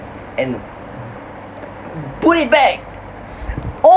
and put it back